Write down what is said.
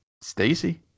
Stacy